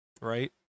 Right